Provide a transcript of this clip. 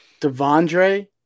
Devondre